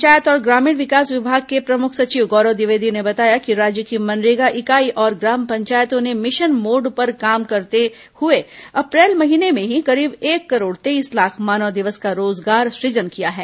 पंचायत और ग्रामीण विकास विभाग के प्रमुख सचिव गौरव द्विवेदी ने बताया कि राज्य की मनरेगा इकाई और ग्राम पंचायतों ने मिशन मोड पर काम करते हुए अप्रैल महीने में ही करीब एक करोड़ तेईस लाख मानव दिवस का रोजगार सृजन किया है